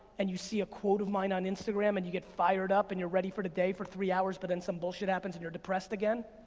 and you see a quote of mine on instagram, and you get fired up and you're ready for the day for three hours, but then some bullshit happens and you're depressed again,